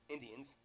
Indians